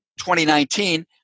2019